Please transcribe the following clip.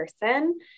person